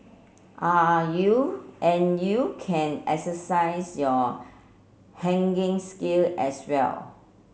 are you and you can exercise your haggling skill as well